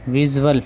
visual